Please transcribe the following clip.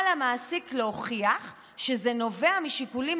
על המעסיק להוכיח שזה נובע משיקולים